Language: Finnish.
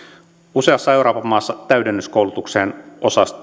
useassa euroopan maassa täydennyskoulutukseen